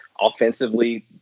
offensively